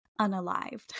unalived